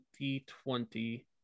2020